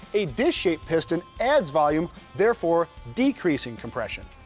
a disc shape piston adds volume, therefore decrease and compression.